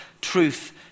truth